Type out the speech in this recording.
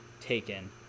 taken